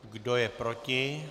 Kdo je proti?